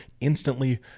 instantly